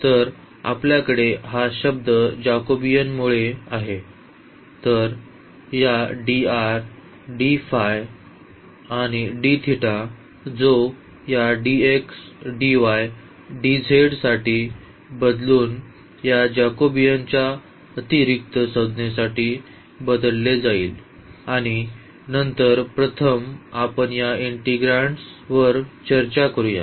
तर आपल्याकडे हा शब्द जेकोबियनमुळे आहे आणि नंतर या dr dआणि dजो या dx dy dz साठी बदलून या जाकोबियाच्या अतिरिक्त संज्ञेसह बदलले जाईल आणि नंतर प्रथम आपण या इंटीग्रॅन्डस चर्चा करूया